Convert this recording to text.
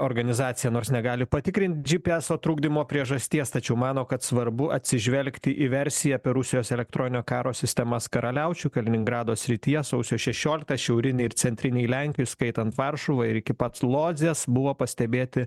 organizacija nors negali patikrint dži pi eso trukdymo priežasties tačiau mano kad svarbu atsižvelgti į versiją apie rusijos elektroninio karo sistemas karaliaučiuj kaliningrado srityje sausio šešioliktą šiaurinėj ir centrinėj lenkijoj įskaitant varšuvą ir iki pat lodzės buvo pastebėti